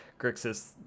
Grixis